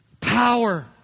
Power